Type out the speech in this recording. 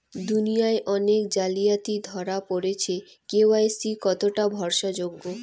দুনিয়ায় অনেক জালিয়াতি ধরা পরেছে কে.ওয়াই.সি কতোটা ভরসা যোগ্য?